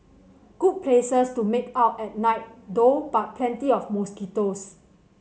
good places to make out at night though but plenty of mosquitoes